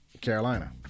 Carolina